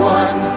one